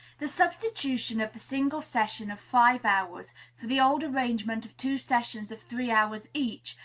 the substitution of the single session of five hours for the old arrangement of two sessions of three hours each,